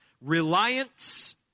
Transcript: reliance